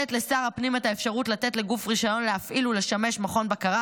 לתת לשר הפנים את האפשרות לתת לגוף רישיון להפעיל ולשמש מכון בקרה,